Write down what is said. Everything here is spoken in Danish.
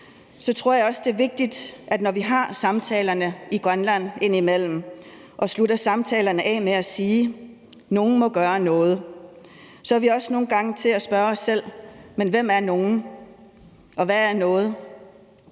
så tror jeg også, at det, når vi har samtalerne i Grønland, indimellem er vigtigt at slutte dem af med at sige, at nogen må gøre noget. Så er vi nogle gange også nødt til at spørge os selv, hvem »nogen« er, og hvad »noget«